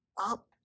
up